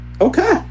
Okay